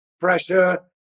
pressure